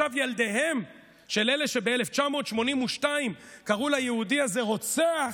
ועכשיו ילדיהם של אלה שב-1982 קראו ליהודי הזה רוצח,